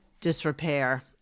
disrepair